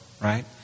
right